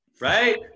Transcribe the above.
right